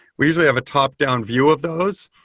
we usually have a top-down view of those,